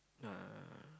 ah